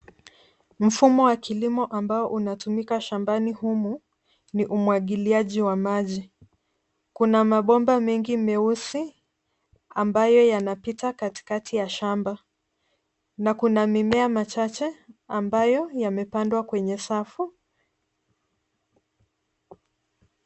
Mfumo wa kilimo ambao unatumika shambani humu ni umwagiliaji wa maji. Kuna mabomba mengi meusi ambayo yanapita katikati ya shamba. Na kuna mimea machache ambayo yamepandwa kwenye safu.